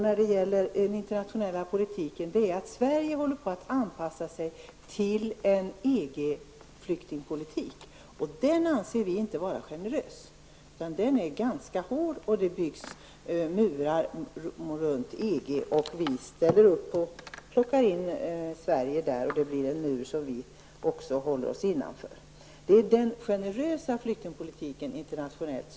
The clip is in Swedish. När det gäller den internationella politiken syftar vi på att Sverige håller på att anpassa sig till en EG flyktingpolitik, och den anser vi inte vara generös. Den är ganska hård, och det byggs murar runt EG. Vi ställer upp på det och ser till att Sverige håller sig innanför muren. Vi yrkar på att man skall tillämpa den generösa flyktingpolitiken internationellt.